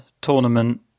tournament